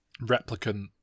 replicant